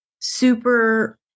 super